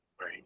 right